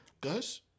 Gus